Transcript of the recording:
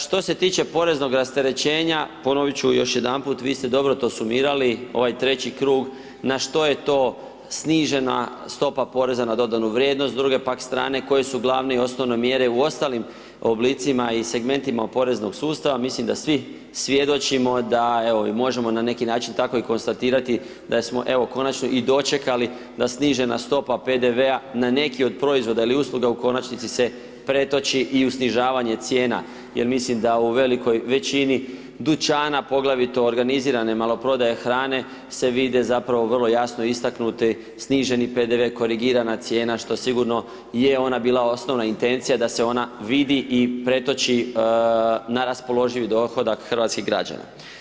Što se tiče poreznog rasterećenja, ponovit ću još jedanput, vi ste dobro to sumirali, ovaj treći krug, na što je to snižena stopa PDV-a, s druge pak strane, koje su glavne i osnovne mjere u ostalim oblicima i segmentima poreznog sustava, mislim da svi svjedočimo da, evo možemo na neki način i tako konstatirati da smo, evo konačno i dočekali da snižena stopa PDV-a na neki od proizvoda ili usluga u konačnici se pretoči i u snižavanje cijena jel mislim da u velikoj većini dućana, poglavito organizirane maloprodaje hrane, se vide zapravo vrlo jasno istaknuti sniženi PDV, korigirana cijena, što sigurno je ona bila osnovna intencija da se ona vidi i pretoči na raspoloživi dohodak hrvatskih građana.